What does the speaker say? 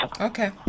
Okay